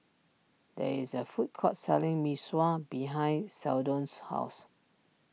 there is a food court selling Mee Sua behind Seldon's house